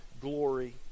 glory